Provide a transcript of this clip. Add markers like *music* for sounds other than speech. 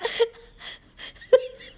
*laughs*